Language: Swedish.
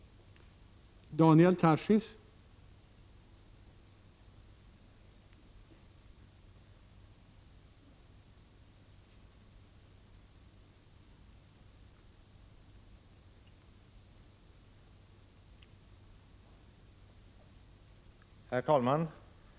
14 december 1987